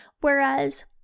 whereas